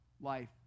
life